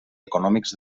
econòmics